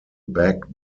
back